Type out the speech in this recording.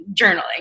journaling